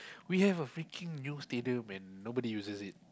we have a freaking new stadium and nobody uses it